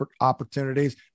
opportunities